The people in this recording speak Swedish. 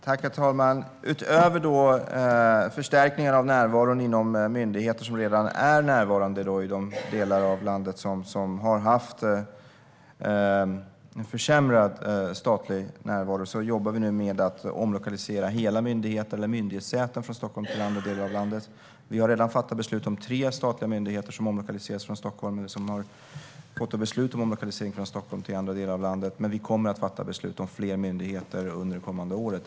Herr talman! Utöver förstärkningar av närvaron inom myndigheter som redan är närvarande i de delar av landet som har fått en försämrad statlig närvaro jobbar vi nu med att omlokalisera hela myndigheter eller myndighetssäten från Stockholm till andra delar av landet. Vi har redan fattat beslut om tre statliga myndigheter som omlokaliseras från Stockholm eller som har fått beslut om omlokalisering från Stockholm till andra delar av landet. Men vi kommer att fatta beslut om fler myndigheter under det kommande året.